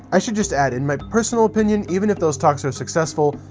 i should just add in my personal opinion, even if those talks are successful,